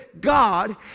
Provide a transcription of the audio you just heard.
God